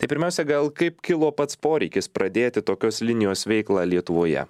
tai pirmiausia gal kaip kilo pats poreikis pradėti tokios linijos veiklą lietuvoje